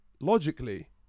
logically